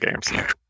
games